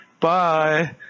bye